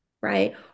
right